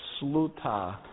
sluta